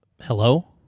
Hello